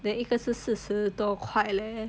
then 一个是四十多块 leh